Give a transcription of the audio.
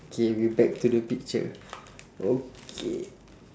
K we back to the picture okay